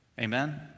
Amen